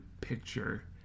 picture